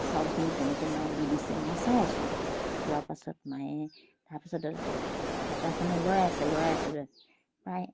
চাউলখিনি তেনেকৈ মায়ে দি দিছে মই চাই আছোঁ আৰু চোৱাৰ পাছত মায়ে তাৰপাছত হেতাখনে লৰাই আছে লৰাই আছে লৰাই প্ৰায়